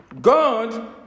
God